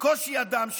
בקושי אדם,